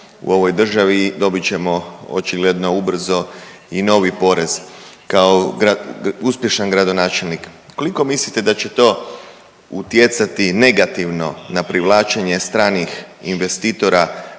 u ovoj državi i dobit ćemo očigledno ubrzo i novi porez. Kao uspješan gradonačelnik, koliko mislite da će to utjecati negativno na privlačenje stranih investitora